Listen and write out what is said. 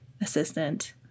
assistant